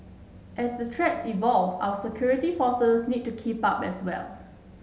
as the threats evolve our security forces need to keep up as well